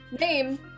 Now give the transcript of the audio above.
name